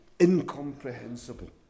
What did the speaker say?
incomprehensible